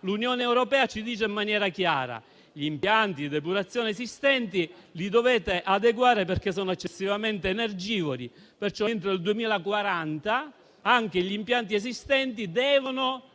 L'Unione europea ci dice in maniera chiara che dobbiamo adeguare gli impianti di depurazione esistenti perché sono eccessivamente energivori, perciò entro il 2040 anche gli impianti esistenti devono